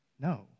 No